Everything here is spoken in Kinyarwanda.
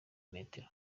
metero